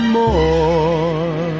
more